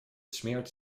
smeert